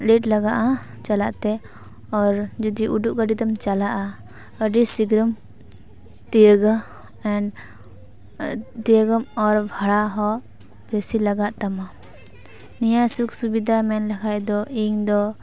late ᱞᱟᱜᱟᱜᱼᱟ ᱪᱟᱞᱟᱜ ᱛᱮ ᱟᱨ ᱡᱩᱫᱤ ᱩᱰᱟᱹᱜ ᱜᱟᱹᱰᱤᱛᱮᱢ ᱪᱟᱞᱟᱜᱼᱟ ᱟᱹᱰᱤ ᱥᱤᱜᱽᱜᱤᱨᱮᱢ ᱛᱤᱭᱟᱹᱜᱟ ᱮᱱ ᱛᱤᱭᱟᱹᱜᱟᱢ ᱚᱨ ᱵᱷᱟᱲᱟ ᱦᱚᱸ ᱵᱮᱥᱤ ᱞᱟᱜᱟᱜ ᱛᱟᱢᱟ ᱱᱤᱭᱟᱹ ᱥᱩᱠ ᱥᱩᱵᱤᱫᱟ ᱢᱮᱱ ᱞᱮᱠᱷᱟᱡ ᱫᱚ ᱤᱧᱫᱚ